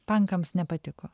pankams nepatiko